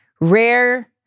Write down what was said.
rare